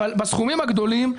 אבל בסכומים הגדולים,